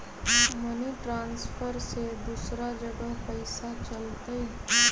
Money transfer से दूसरा जगह पईसा चलतई?